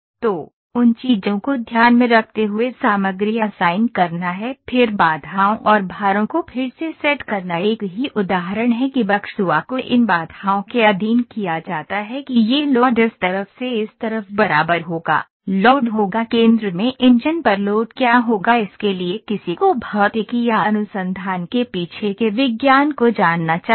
तो उन चीजों को ध्यान में रखते हुए सामग्री असाइन करना है फिर बाधाओं और भारों को फिर से सेट करना एक ही उदाहरण है कि बकसुआ को इन बाधाओं के अधीन किया जाता है कि यह लोड इस तरफ से इस तरफ बराबर होगा लोड होगा केंद्र में इंजन पर लोड क्या होगा इसके लिए किसी को भौतिकी या अनुसंधान के पीछे के विज्ञान को जानना चाहिए